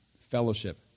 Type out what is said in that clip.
fellowship